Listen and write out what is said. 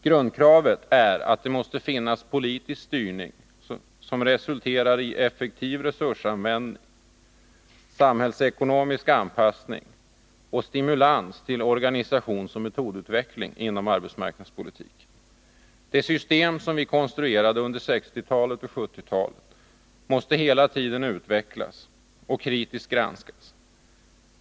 Grundkravet är att det inom arbetsmarknads politiken måste finnas politisk styrning, som resulterar i effektiv resursanvändning, samhällsekonomisk anpassning och stimulans till organisationsoch metodutveckling. De system som vi konstruerade under 1960 och 1970-talet måste hela tiden utvecklas och kritiskt granskas.